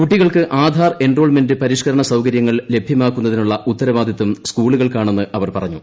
കുട്ടികൾക്ക് ആധാർ എൻറോൾമെന്റ് പരിഷ്ക്കരണ ് സൌകര്യങ്ങൾ ലഭ്യമാക്കുന്നതിനുള്ള ഉത്തരവാദിത്തം് സ്കൂളുകൾക്കാണെന്ന് അവർ പറഞ്ഞു